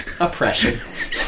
oppression